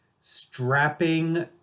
strapping